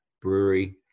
brewery